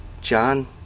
John